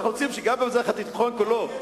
אנחנו רוצים שגם במזרח התיכון כולו,